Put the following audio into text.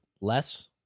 less